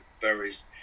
various